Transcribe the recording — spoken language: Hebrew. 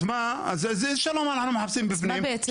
אז איזה שלום אנחנו מחפשים בפנים,